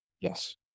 Yes